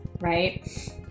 right